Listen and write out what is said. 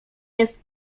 jest